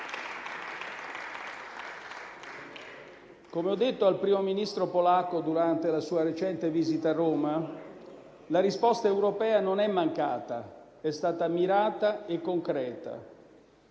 Come ho detto al Primo Ministro polacco durante la sua recente visita a Roma, la risposta europea non è mancata, è stata mirata e concreta.